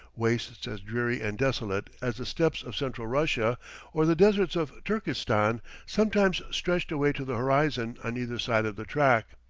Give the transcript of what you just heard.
wastes as dreary and desolate as the steppes of central russia or the deserts of turkestan sometimes stretched away to the horizon on either side of the track.